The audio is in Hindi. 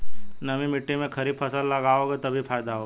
नमी मिट्टी में खरीफ फसल लगाओगे तभी फायदा होगा